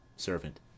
Servant